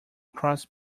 cross